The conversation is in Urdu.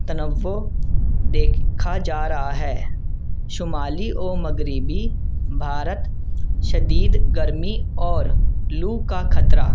تنوع دیکھا جا رہا ہے شمالی اور مغربی بھارت شدید گرمی اور لو کا خطرہ